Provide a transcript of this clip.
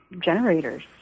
generators